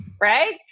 Right